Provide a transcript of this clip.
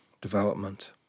development